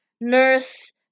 nurse